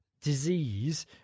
disease